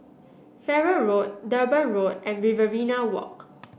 Farrer Road Durban Road and Riverina Walk